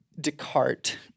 Descartes